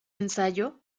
ensayo